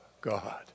God